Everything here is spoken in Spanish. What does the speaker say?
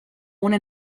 una